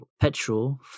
petrol